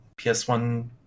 PS1